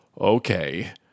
okay